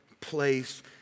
place